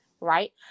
Right